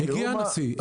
הגיע הנשיא,